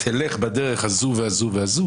תלך בדרך הזו והזו.